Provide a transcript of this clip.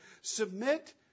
submit